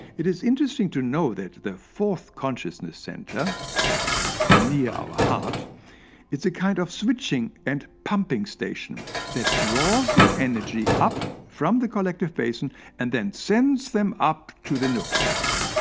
it is interesting to know that the fourth consciousness center near our heart is a kind of switching and pumping station that draws the energies up from the collective basin and then sends them up to the nucleus.